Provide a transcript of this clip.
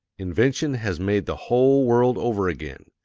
invention has made the whole world over again.